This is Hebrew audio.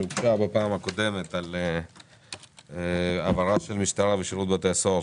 שהוגשה בפעם הקודמת על העברה של המשטרה ושירות בתי הסוהר,